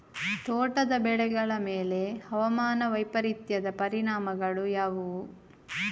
ತೋಟದ ಬೆಳೆಗಳ ಮೇಲೆ ಹವಾಮಾನ ವೈಪರೀತ್ಯದ ಪರಿಣಾಮಗಳು ಯಾವುವು?